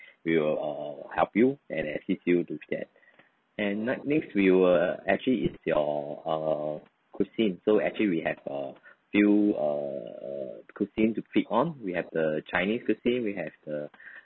we will err help you and assist you to that and night meal we were actually it's your uh cuisine so actually we have a few err err cuisine to pick on we have the chinese cuisine we have the